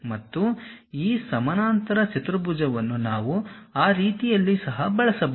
ಮತ್ತು ಈ ಸಮಾನಾಂತರ ಚತುರ್ಭುಜವನ್ನು ನಾವು ಆ ರೀತಿಯಲ್ಲಿ ಸಹ ಬಳಸಬಹುದು